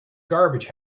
garbage